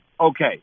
okay